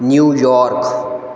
New York